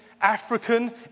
African